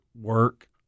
work